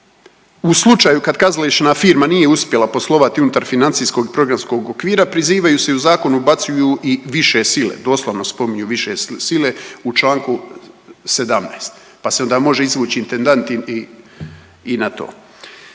U slučaju kad kazališna firma nije uspjela poslovati unutar financijskog i programskog okvira, prizivaju se i u zakon ubacuju i više sile, doslovno spominju više sile u čl. 17 pa se onda može izvući intendant i na to.